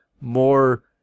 more